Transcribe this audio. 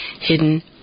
hidden